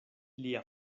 lia